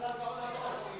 אתה בכלל גאון הדור.